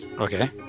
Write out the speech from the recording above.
Okay